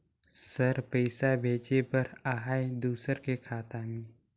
Sir पइसा भेजे बर आहाय दुसर के खाता मे?